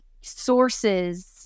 sources